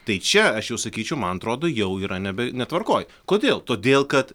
tai čia aš jau sakyčiau man atrodo jau yra nebe netvarkoj kodėl todėl kad